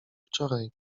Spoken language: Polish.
wczoraj